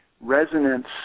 resonance